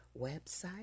website